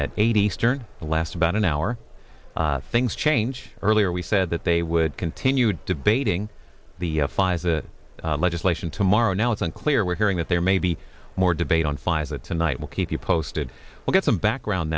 at eight eastern the last about an hour things change earlier we said that they would continue debating the f i the legislation tomorrow now it's unclear we're hearing that there may be more debate on pfizer tonight we'll keep you posted we'll get some background